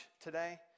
today